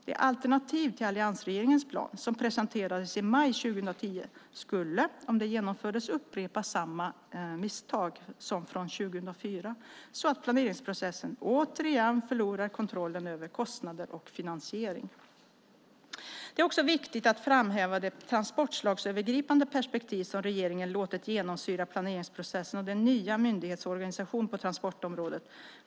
Det alternativ till alliansregeringens plan som presenterades i maj 2010 skulle om det genomfördes upprepa samma misstag som från 2004, så att planeringsprocessen återigen förlorar kontrollen över kostnader och finansiering. Det är också viktigt att framhäva det transportslagsövergripande perspektiv som regeringen låtit genomsyra planeringsprocessen och den nya myndighetsorganisationen på transportområdet.